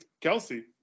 Kelsey